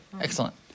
excellent